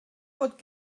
bod